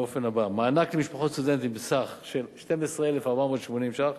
באופן הבא: מענק למשפחות סטודנטים בסך של 12,480 ש"ח,